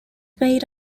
made